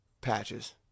patches